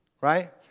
right